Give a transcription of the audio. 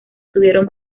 tuvieron